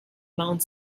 mount